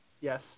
Yes